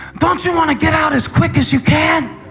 don't you want to get out as quickly as you can?